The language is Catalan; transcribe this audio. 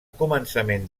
començaments